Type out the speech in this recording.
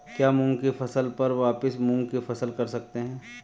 क्या मूंग की फसल पर वापिस मूंग की फसल कर सकते हैं?